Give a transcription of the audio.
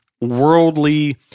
worldly